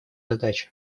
задача